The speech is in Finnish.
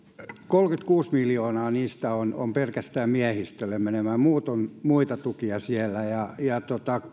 kolmekymmentäkuusi miljoonaa niistä on on pelkästään miehistölle menevää muut ovat muita tukia siellä